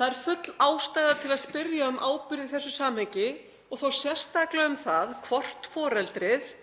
Það er full ástæða til að spyrja um ábyrgð í þessu samhengi og þá sérstaklega um það hvort foreldrið,